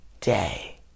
day